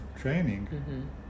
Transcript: training